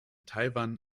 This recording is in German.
taiwan